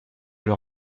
leur